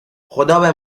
خدابه